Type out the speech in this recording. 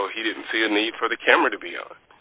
so he didn't see a need for the camera to be